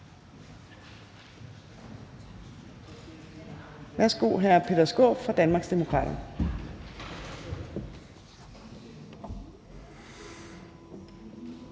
Værsgo til hr. Peter Skaarup fra Danmarksdemokraterne.